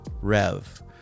Rev